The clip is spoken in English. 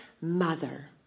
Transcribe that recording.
mother